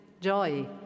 joy